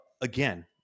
again